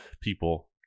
people